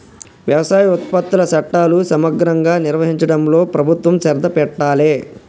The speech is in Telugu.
వ్యవసాయ ఉత్పత్తుల చట్టాలు సమగ్రంగా నిర్వహించడంలో ప్రభుత్వం శ్రద్ధ పెట్టాలె